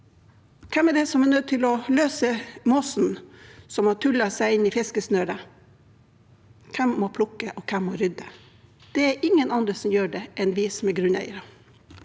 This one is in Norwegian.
Hvem er det som er nødt til å få løs måken som har tullet seg inn i fiskesnøret? Hvem må plukke, og hvem må rydde? Det er ingen andre som gjør det, enn vi som er grunneiere.